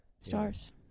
stars